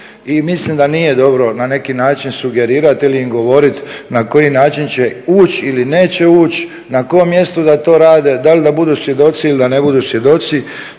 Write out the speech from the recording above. I mislim da nije dobro na neki način sugerirati ili im govoriti na koji način će ući ili neće ući, na kojem mjestu da to rade, da li da budu svjedoci ili da ne budu svjedoci.